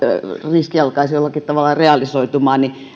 riski alkaisi jollakin tavalla realisoitua